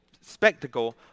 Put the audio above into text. spectacle